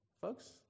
Folks